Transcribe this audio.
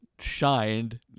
shined